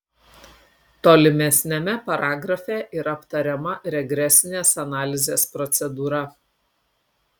tolimesniame paragrafe yra aptariama regresinės analizės procedūra